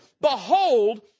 Behold